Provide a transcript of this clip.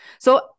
So-